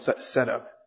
setup